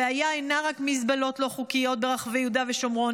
הבעיה אינה רק מזבלות לא חוקיות ברחבי יהודה ושומרון.